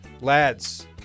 Lads